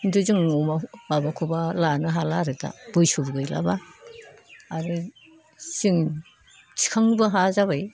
खिन्थु जों न'आव माबाखौबा लानो हाला आरो बैसोबो गैलाब्ला आरो जों थिंखांनोबो हाया जाबाय